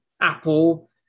Apple